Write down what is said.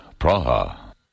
Praha